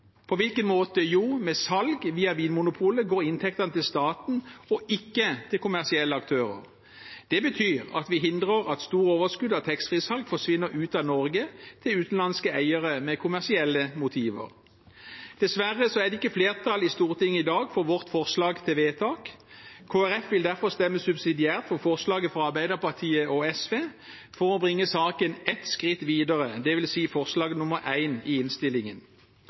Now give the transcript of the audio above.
På hvilken måte? Jo, ved salg via Vinmonopolet går inntektene til staten og ikke til kommersielle aktører. Det betyr at vi hindrer at store overskudd av taxfree-salget forsvinner ut av Norge til utenlandske eiere med kommersielle motiver. Dessverre er det ikke flertall i Stortinget i dag for vårt forslag til vedtak. Kristelig Folkeparti vil derfor stemme subsidiært for forslaget fra Arbeiderpartiet og SV, dvs. forslag nr. 1 i innstillingen, for å bringe saken ett skritt videre. Hvis Stortinget nå får en sak om dette i